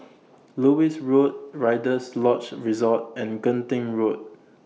Lewis Road Rider's Lodge Resort and Genting Road